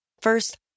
First